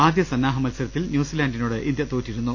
ആദ്യ സന്നാഹ മത്സരത്തിൽ ന്യൂസിലന്റിനോട് ഇന്ത്യ തോറ്റിരുന്നു